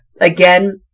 Again